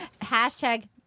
Hashtag